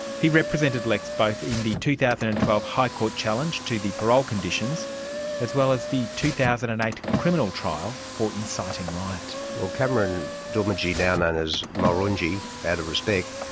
he represented lex both in the two thousand and twelve high court challenge to the parole conditions as well as the two thousand and eight criminal trial for inciting riot. well, cameron doomadgee, now known as mulrunji out of respect,